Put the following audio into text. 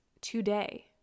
today